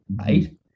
right